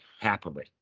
happily